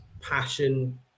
passion